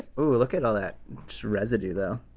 ooh look at all that residue though.